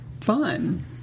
fun